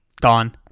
gone